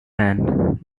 hands